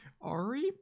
Ari